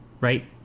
right